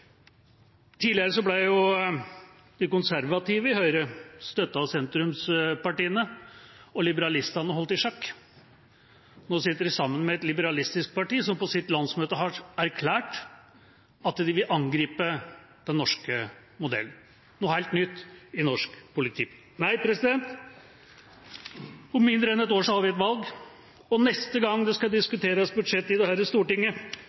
Tidligere ble de konservative i Høyre støttet av sentrumspartiene, og liberalistene ble holdt i sjakk. Nå sitter de sammen med et liberalistisk parti, som på sitt landsmøte har erklært at de vil angripe den norske modellen – noe helt nytt i norsk politikk. Om mindre enn et år har vi et valg. Neste gang det skal diskuteres budsjett i Stortinget,